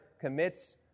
commits